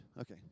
Okay